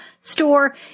store